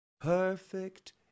perfect